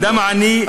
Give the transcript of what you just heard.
אדם עני,